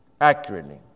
accurately